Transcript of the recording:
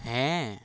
ᱦᱮᱸ